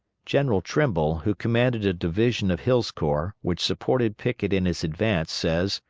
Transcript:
general trimble, who commanded a division of hill's corps, which supported pickett in his advance, says,